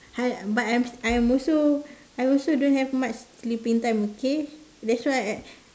I but I'm I'm also I'm also don't have much sleeping time okay that's why I